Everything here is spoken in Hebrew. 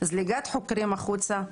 זליגת חוקרים החוצה,